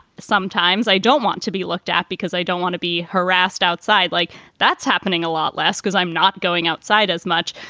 sometimes i don't want to be looked at because i don't want to be harassed outside. like that's happening a lot less because i'm not going outside outside as much.